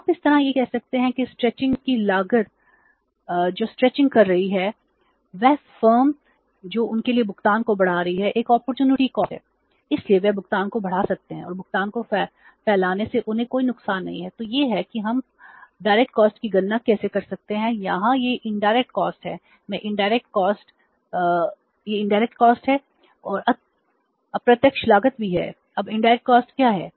आप इस तरह कह सकते हैं कि स्ट्रेचिंग क्या है